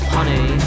Honey